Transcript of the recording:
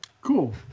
Cool